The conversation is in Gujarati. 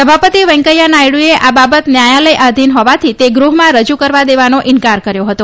સભાપતિ વેકૈંયા નાયડુએ આ બાબત ન્યાયાલયાધીન હોવાથી તે ગૃહમાં રજૂ કરવા દેવાનો ઇન્કાર કર્યો હતો